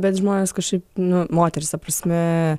bet žmonės kažkaip nu moteris ta prasme